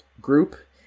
group